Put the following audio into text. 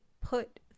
put